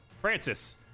Francis